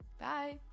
Bye